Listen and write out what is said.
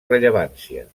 rellevància